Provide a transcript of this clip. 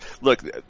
look